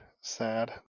sad